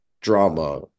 drama